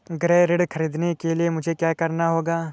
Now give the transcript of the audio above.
गृह ऋण ख़रीदने के लिए मुझे क्या करना होगा?